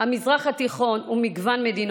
מהמזרח התיכון וממגוון מדינות.